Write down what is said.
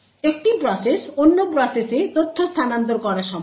একটি প্রসেস অন্য প্রসেসে তথ্য স্থানান্তর করা সম্ভব